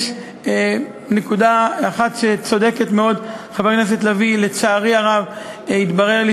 יש נקודה אחת שבה צודקת מאוד חברת הכנסת לביא: לצערי הרב התברר לי